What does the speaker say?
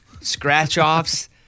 scratch-offs